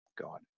God